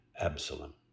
Absalom